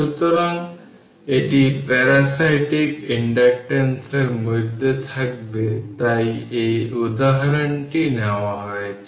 সুতরাং এটি প্যারাসিটিক ইনডাক্টেন্সের মধ্যে থাকবে তাই এই উদাহরণটি নেওয়া হয়েছে